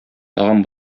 тагын